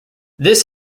this